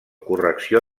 correcció